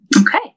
Okay